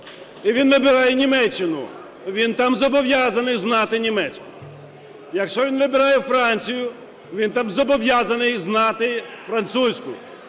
і він обирає Німеччину, він там зобов'язаний знати німецьку, якщо він вибирає Францію, він там зобов'язаний знати французьку,